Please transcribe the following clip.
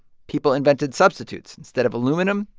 people invented substitutes. instead of aluminum,